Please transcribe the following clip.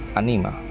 anima